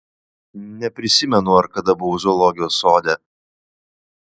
neprisimenu ar kada buvau zoologijos sode